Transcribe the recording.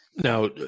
now